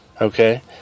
Okay